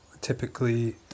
typically